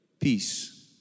peace